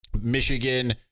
Michigan